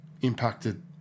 impacted